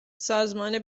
سازمان